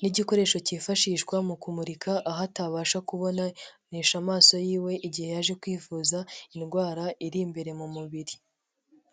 n'igikoresho cyifashishwa mu kumurika aho atabasha kubonaisha amaso yi'iwe igihe yaje kwivuza indwara iri imbere mu mubiri.